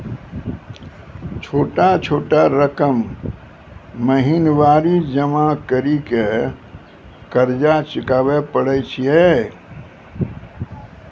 छोटा छोटा रकम महीनवारी जमा करि के कर्जा चुकाबै परए छियै?